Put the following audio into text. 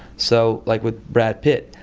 so like with brad pitt,